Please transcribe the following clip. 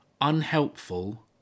unhelpful